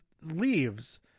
leaves